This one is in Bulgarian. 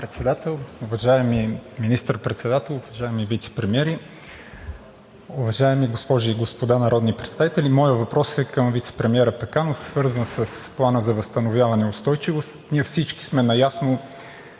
госпожо Председател, уважаеми Министър-председател, уважаеми вицепремиери, уважаеми госпожи и господа народни представители! Моят въпрос е към вицепремиера Пеканов, свързан с Плана за възстановяване и устойчивост. Ние всички сме наясно